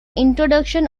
introduction